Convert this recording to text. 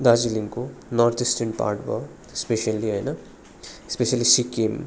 दार्जिलिङको north eastern part भयो specially होइन स्पेसेली सिक्किम